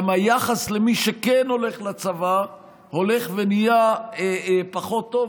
גם היחס למי שכן הולך לצבא הולך ונהיה פחות טוב,